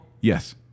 Yes